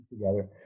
together